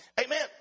Amen